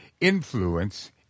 influence